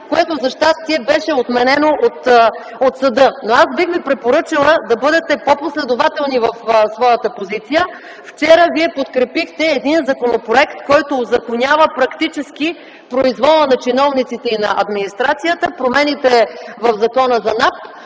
което, за щастие, беше отменено от съда. Аз бих ви препоръчала да бъдете по-последователни в своята позиция. Вчера Вие подкрепихте един законопроект, който узаконява практически произвола на чиновниците и на администрацията, промените в Закона за НАП